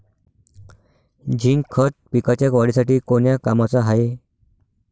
Zinc खत पिकाच्या वाढीसाठी कोन्या कामाचं हाये?